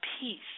peace